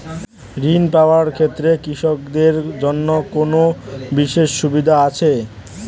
ঋণ পাওয়ার ক্ষেত্রে কৃষকদের জন্য কোনো বিশেষ সুবিধা আছে?